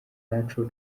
naco